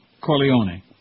Corleone